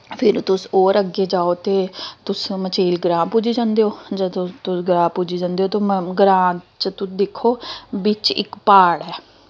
फिर तुस होर अग्गें जाओ ते तुस मचेल ग्रांऽ पुज्जी जंदे ओ जदूं तुस ग्रांऽ पुज्जी जंदे ओ ते ग्रांऽ च तुस दिक्खो बिच्च इक प्हाड़ ऐ